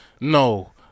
No